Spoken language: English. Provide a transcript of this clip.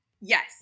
Yes